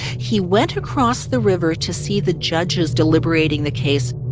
he went across the river to see the judges deliberating the case,